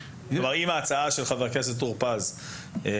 כלומר, האם ההצעה של חבר הכנסת טור פז רלוונטית?